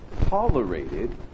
tolerated